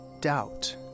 doubt